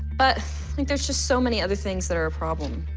but i think there's just so many other things that are a problem.